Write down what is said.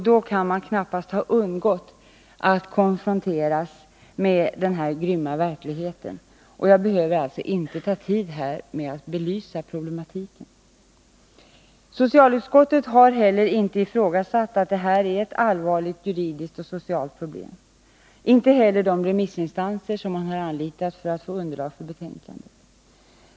Då kan man knappast ha undgått att konfronteras med denna grymma verklighet, och jag behöver inte ta tid med att belysa den. Socialutskottet har heller inte ifrågasatt att detta är ett allvarligt juridiskt och socialt problem, liksom inte heller de remissinstanser man anlitat för att få underlag för betänkandet.